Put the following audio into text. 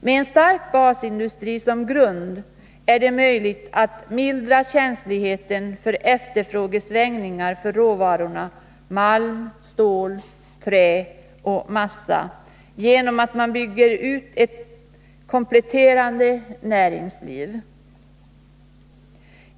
Med en stark basindustri som grund är det möjligt att mildra känsligheten för efterfrågesvängningar när det gäller råvarorna malm, stål, trä och massa genom att man bygger ut ett kompletterande näringsliv.